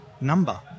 number